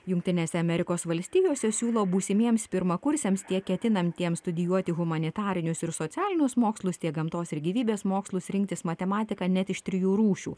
jungtinėse amerikos valstijose siūlo būsimiems pirmakursiams tiek ketinantiems studijuoti humanitarinius ir socialinius mokslus tiek gamtos ir gyvybės mokslus rinktis matematiką net iš trijų rūšių